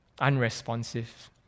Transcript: unresponsive